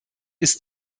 ist